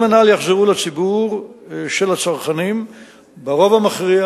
הרווחים הנ"ל יחזרו לציבור הצרכנים ברוב המכריע